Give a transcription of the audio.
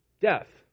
death